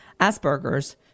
Asperger's